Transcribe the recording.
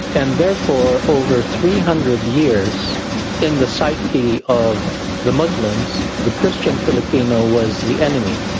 and therefore over three hundred years in the psyche of the muslims, the christian filipino was the enemy.